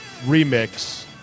remix